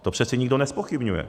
To přece nikdo nezpochybňuje.